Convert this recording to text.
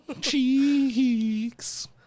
cheeks